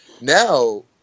now